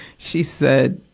she said,